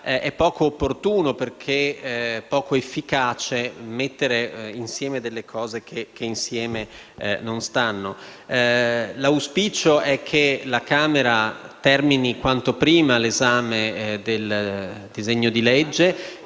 è poco opportuno, perché poco efficace, mettere insieme cose che insieme non stanno. L'auspicio è che la Camera termini quanto prima l'esame del disegno di legge,